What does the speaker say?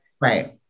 right